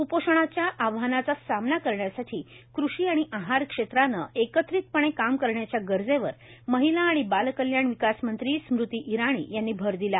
क्पोषणाच्या आव्हानाचा सामना करण्यासाठी कृषी आणि आहार क्षेत्रानं एकत्रितपणे काम करण्याच्या गरजेवर महिला आणि बाल कल्याण विकासमंत्री स्मृती इरानी यांनी भर दिला